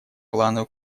планы